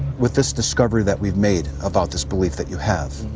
with this discovery that we've made about this belief that you have